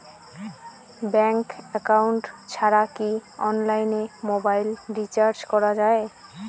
Bank account ছাড়া কি অনলাইনে মোবাইল রিচার্জ করা যায়?